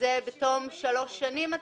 שזה בתום שלוש שנים?